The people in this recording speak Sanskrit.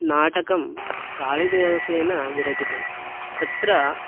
नाटकं कालिदासेन विरचितं तत्र